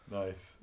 nice